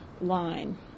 line